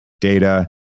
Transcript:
data